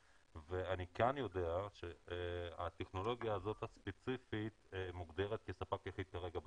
ואני כן יודע שהטכנולוגיה הספציפית הזאת מוגדרת כספק יחיד כרגע בצה"ל,